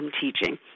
teaching